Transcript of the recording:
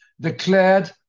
declared